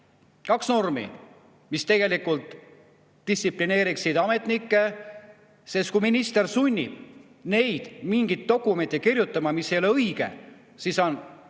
Kaks normi, mis tegelikult distsiplineeriksid ametnikke, sest kui minister sunnib neid mingeid dokumente kirjutama, mis ei ole õiged, siis on